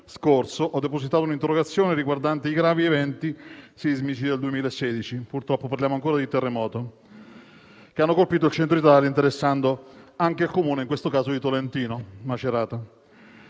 scorso ho depositato un'interrogazione riguardante i gravi eventi sismici del 2016 - purtroppo parliamo ancora di terremoto - che hanno colpito il Centro Italia, interessando in questo caso anche il Comune di Tolentino (Macerata).